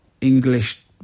English